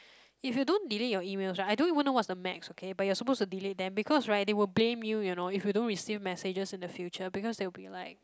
if you don't delete your emails right I don't even know what's the max okay but you are supposed to delete them because right they will blame you you know if you don't receive messages in the future because they will be like